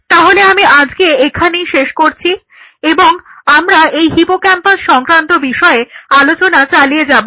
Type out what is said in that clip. তাহলে আমি আজকে এখানেই শেষ করছি এবং আমরা এই হিপোক্যাম্পাস সংক্রান্ত বিষয়ে আলোচনা চালিয়ে যাব